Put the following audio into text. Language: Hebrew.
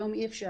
היום אי אפשר.